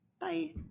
Bye